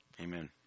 Amen